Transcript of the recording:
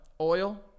oil